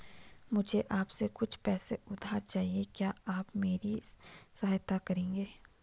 मुझे आपसे कुछ पैसे उधार चहिए, क्या आप मेरी सहायता करेंगे?